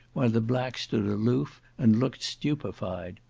while the black stood aloof, and looked stupified.